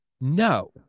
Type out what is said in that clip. No